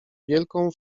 wielką